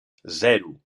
zero